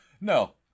No